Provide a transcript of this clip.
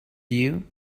you